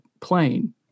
plane